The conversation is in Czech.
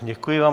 Děkuji vám.